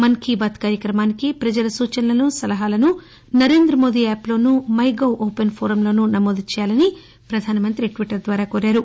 మన్కీ bath కార్యక్రమానికి ప్రజలు సూచనలను సలహాలను నరేంద్రమోదీ యాప్లోను మైగొ ఓపెన్ ఫోరం లోను నమోదు చేయాలని పధానమంతి ట్విట్టర్ ద్వారా కోరారు